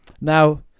Now